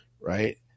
right